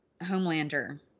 Homelander